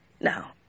Now